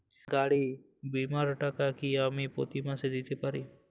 গাড়ী বীমার টাকা কি আমি প্রতি মাসে দিতে পারি?